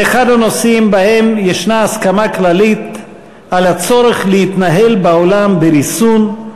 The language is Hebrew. זה אחד הנושאים שבהם יש הסכמה כללית על הצורך להתנהל בעולם בריסון,